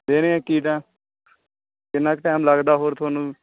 ਦੇਖਦੇ ਹਾਂ ਕੀਦਾ ਕਿੰਨਾ ਕੁ ਟਾਈਮ ਲੱਗਦਾ ਹੋਰ ਤੁਹਾਨੂੰ